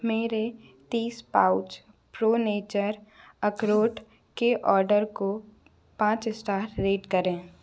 मेरे तीस pouch pro nature अख़रोट के औडर को पाँच ईस्टार रेट करें